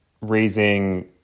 raising